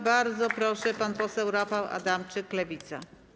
Bardzo proszę, pan poseł Rafał Adamczyk, Lewica.